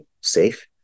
safe